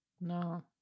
No